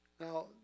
Now